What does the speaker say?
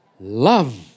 love